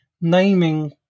naming